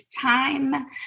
time